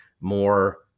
more